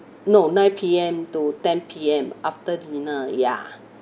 no nine P_M to ten P_M after dinner ya